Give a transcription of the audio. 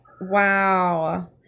Wow